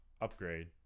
upgrade